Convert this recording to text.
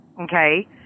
okay